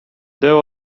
there